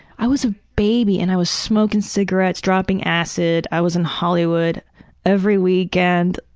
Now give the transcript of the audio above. i was a baby and i was smoking cigarettes, dropping acid. i was in hollywood every weekend.